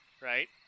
right